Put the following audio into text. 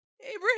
Abraham